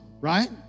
right